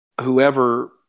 whoever